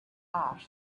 art